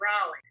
Raleigh